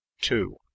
two